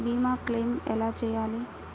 భీమ క్లెయిం ఎలా చేయాలి?